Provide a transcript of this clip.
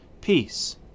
Peace